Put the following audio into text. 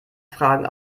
fragen